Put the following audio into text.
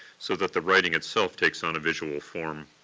so that the writing itself takes on a visual form.